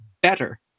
better